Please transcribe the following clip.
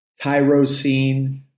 tyrosine